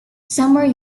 somewhere